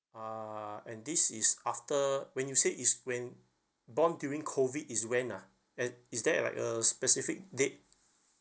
uh and this is after when you say is when born during COVID is when ah and is there like a specific date